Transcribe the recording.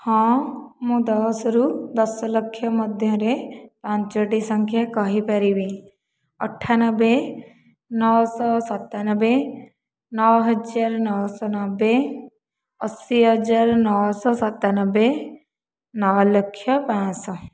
ହଁ ମୁଁ ଦଶ ରୁ ଦଶ ଲକ୍ଷ ମଧ୍ୟ ରେ ପାଞ୍ଚୋଟି ସଂଖ୍ୟା କହିପାରିବି ଅଠାନବେ ନଅଶହ ସତାନବେ ନଅ ହଜାର ନଅ ଶହ ନବେ ଅଶି ହଜାର ନଅ ଶହ ସତାନବେ ନଅ ଲକ୍ଷ ପାଞ୍ଚଶହ